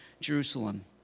Jerusalem